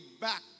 back